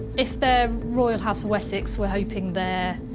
if they're royal house of wessex we're hoping they're,